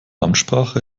amtssprache